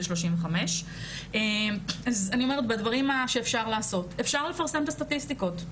35. אני אומרת שבדברים שאפשר לעשות אפשר לפרסם את הסטטיסטיקות.